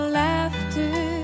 laughter